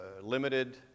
limited